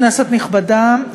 כנסת נכבדה,